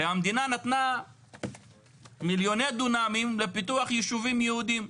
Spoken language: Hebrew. הרי המדינה נתנה מיליוני דונמים לפיתוח ישובים יהודיים,